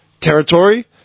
territory